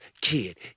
kid